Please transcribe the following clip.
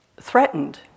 threatened